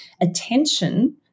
attention